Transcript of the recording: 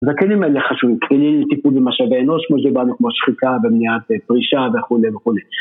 הכלים האלה חשובים, מטיפול במשאבי אנוש, כמו שדיברנו, כמו שחיקה, בניית פרישה וכולי וכולי.